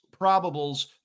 probables